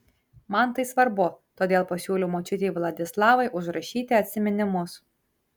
man tai svarbu todėl pasiūliau močiutei vladislavai užrašyti atsiminimus